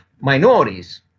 Minorities